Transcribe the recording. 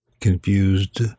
confused